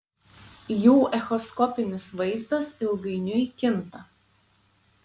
jų echoskopinis vaizdas ilgainiui kinta